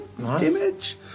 damage